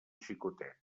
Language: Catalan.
xicotet